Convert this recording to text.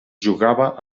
jugava